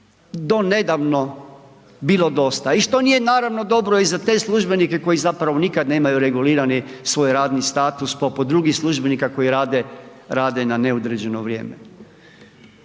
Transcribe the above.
do nedavno bilo dosta. I što nije naravno dobro i za te službenike koji zapravo nikad nemaju regulirani svoj radni status poput drugih službenika koji rade na neodređeno vrijeme.